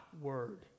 word